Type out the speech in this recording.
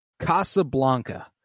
casablanca